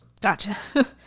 Gotcha